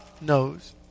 knows